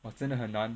!wah! 真的很难